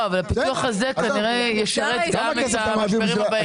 אבל הפיתוח הזה כנראה ישרת גם את המשברים הבאים.